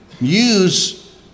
use